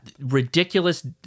ridiculous